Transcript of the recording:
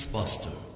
Buster